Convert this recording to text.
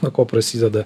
nuo ko prasideda